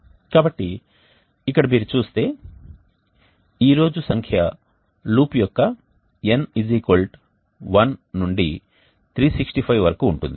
కాబట్టి ఇక్కడ మీరు చూస్తే ఈ రోజు సంఖ్య లూప్ యొక్క n 1 నుండి 365 వరకు ఉంటుంది